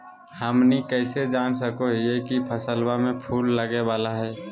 हमनी कइसे जान सको हीयइ की फसलबा में फूल लगे वाला हइ?